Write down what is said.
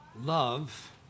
Love